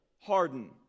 harden